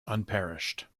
unparished